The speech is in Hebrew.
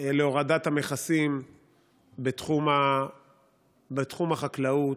להורדת המכסים בתחום החקלאות.